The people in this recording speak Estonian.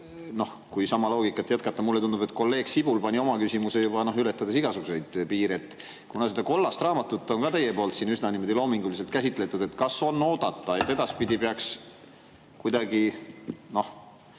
kui sama loogikat jätkata, siis mulle tundub, et kolleeg Sibul pani oma küsimuse sisse, ületades igasuguseid piire. Kuna seda kollast raamatut on ka teie poolt siin üsna loominguliselt käsitletud, kas on oodata, et edaspidi peaks mingi aeg